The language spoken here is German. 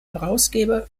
herausgeber